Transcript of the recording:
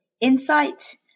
insight